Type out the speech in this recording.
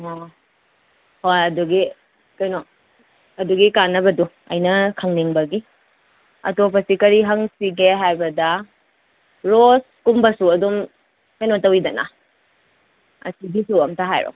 ꯑꯣ ꯍꯣꯏ ꯑꯗꯨꯒꯤ ꯀꯩꯅꯣ ꯑꯗꯨꯒꯤ ꯀꯥꯟꯅꯕꯗꯣ ꯑꯩꯅ ꯈꯪꯅꯤꯡꯕꯒꯤ ꯑꯇꯣꯞꯄꯁꯤ ꯀꯔꯤ ꯍꯪꯁꯤꯒꯦ ꯍꯥꯏꯕꯗ ꯔꯣꯁꯀꯨꯝꯕꯁꯨ ꯑꯗꯨꯝ ꯀꯩꯅꯣ ꯇꯧꯋꯤꯗꯅ ꯑꯁꯤꯒꯤꯁꯨ ꯑꯝꯇ ꯍꯥꯏꯔꯛꯑꯣ